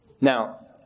Now